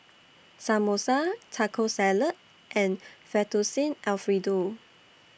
Samosa Taco Salad and Fettuccine Alfredo